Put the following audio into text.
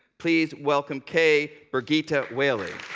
please welcome k. birgitta whaley.